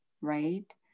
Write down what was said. right